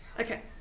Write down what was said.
Okay